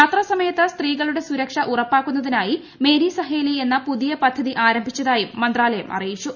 യാത്രാ സമയത്ത് സ്ത്രീകളുടെ സുരക്ഷ ഉറപ്പാക്കുന്നതിനായി മേരി സഹേലി എന്ന പുതിയ പദ്ധതി ആരംഭിച്ചതായും മീന്ത്രാലയം അറിയിച്ചു